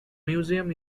museum